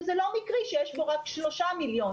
וזה לא מקרי שיש בו רק 3 מיליון,